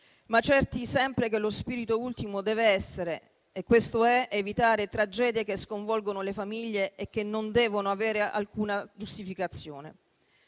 la certezza che lo spirito ultimo deve essere - e questo è - evitare tragedie che sconvolgono le famiglie e che non devono avere alcuna giustificazione.